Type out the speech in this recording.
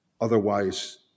otherwise